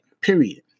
Period